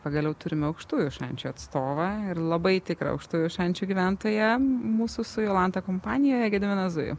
pagaliau turime aukštųjų šančių atstovą ir labai tikrą aukštųjų šančių gyventoją mūsų su jolanta kompanijoje gediminą zujų